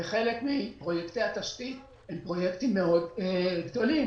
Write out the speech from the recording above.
וחלק מפרוייקטי התשתית הם פרויקטים מאוד גדולים.